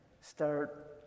start